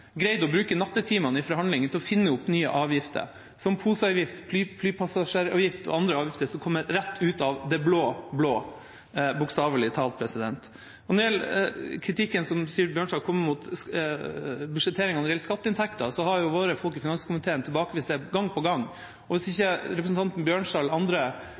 greid å bruke nattetimene i forhandlingene til å finne opp nye avgifter, som poseavgift, flypassasjeravgift og andre avgifter som kommer rett ut av det blå-blå, bokstavelig talt. Når det gjelder den kritikken som Sivert Bjørnstad kom med mot budsjetteringa når det gjelder skatteinntekter, har våre folk i finanskomiteen tilbakevist det gang på gang. Hvis ikke representanten Bjørnstad eller andre